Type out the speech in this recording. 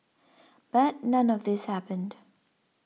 but none of this happened